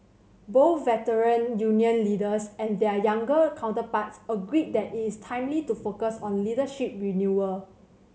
both Veteran Union leaders and their younger counterparts agreed that it is timely to focus on leadership renewal